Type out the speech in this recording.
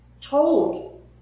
told